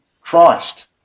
Christ